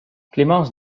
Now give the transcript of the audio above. clémence